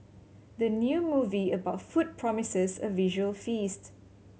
the new movie about food promises a visual feast